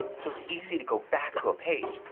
so it's easy to go back to a page.